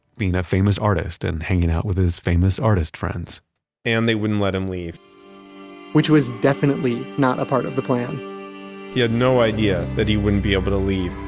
being a famous artist and hanging out with his famous artist friends and they wouldn't let him leave which was definitely not a part of the plan he had no idea that he wouldn't be able to leave